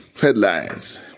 Headlines